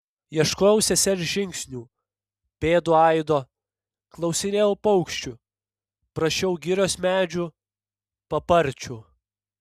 ieškojau sesers žingsnių pėdų aido klausinėjau paukščių prašiau girios medžių paparčių